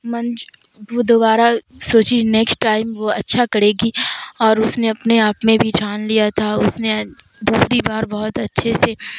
منچ وہ دوبارہ سوچی نیکسٹ ٹائم وہ اچھا کڑے گی اور اس نے اپنے آپ میں بھی ٹھان لیا تھا اس نے دوسری بار بہت اچھے سے